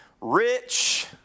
rich